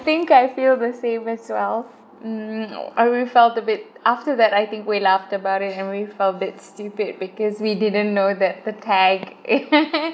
think I feel the same as well mm I really felt a bit after that I think we laughed about it and we felt a bit stupid because we didn't know that the tag